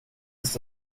ist